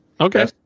Okay